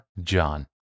John